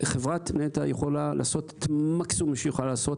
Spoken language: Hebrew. חברת נת"ע יכולה לעשות את המקסימום שהיא יכולה לעשות.